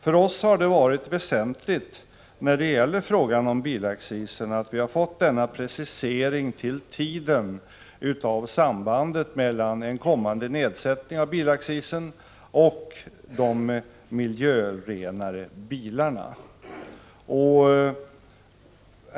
För oss har det i frågan om bilaccisen varit väsentligt att vi har fått denna precisering av sambandet i tiden mellan en kommande nedsättning av bilaccisen och de miljörenare bilarna.